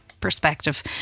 perspective